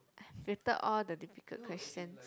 filtered all the difficult questions